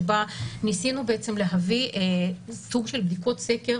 שבה ניסינו להביא סוג של בדיקות סקר